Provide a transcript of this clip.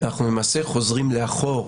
אנחנו למעשה חוזרים לאחור,